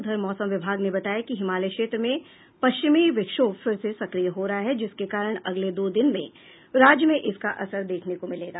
उधर मौसम विभाग ने बताया कि हिमालय क्षेत्र में पश्चिमी विक्षोभ फिर से सक्रिय हो रहा है जिसके कारण अगले दो दिन में राज्य में इसका असर देखने को मिलेगा